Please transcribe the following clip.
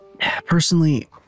personally